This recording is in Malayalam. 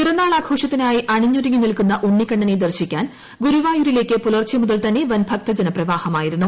പിറന്നാൾ ആഘോഷത്തിനായി അണിഞ്ഞൊരുങ്ങി നിൽക്കുന്ന ഉണ്ണിക്കണ്ണനെ ദർശിക്കാൻ ഗുരുവായൂരിലേക്ക് പുലർച്ച മുതൽ തന്നെ വൻ ഭക്തജന പ്രവാഹമായിരുന്നു